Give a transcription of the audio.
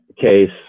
CASE